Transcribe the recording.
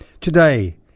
Today